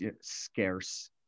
scarce